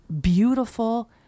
beautiful